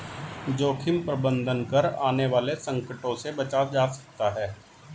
जोखिम प्रबंधन कर आने वाले संकटों से बचा जा सकता है